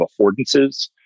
affordances